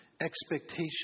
expectation